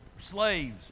Slaves